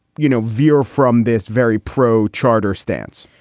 you know, veer from this very pro-charter stance?